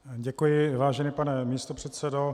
Děkuji, vážený pane místopředsedo.